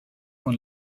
von